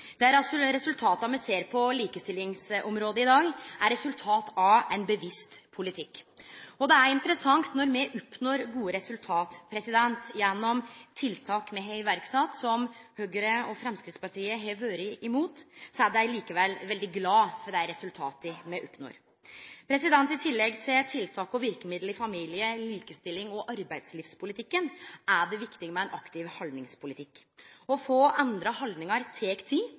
resultata me ser på likestillingsområdet i dag, er resultat av ein bevisst politikk. Det er interessant at når me oppnår gode resultat gjennom tiltak me har sett i verk, som Høgre og Framstegspartiet har vore imot, er dei likevel veldig glade for dei resultata me oppnår. I tillegg til tiltak og verkemiddel i familie-, likestillings- og arbeidslivspolitikken er det viktig med ein aktiv haldningspolitikk. Å endre haldningar tek tid.